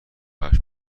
پخش